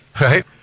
right